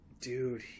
Dude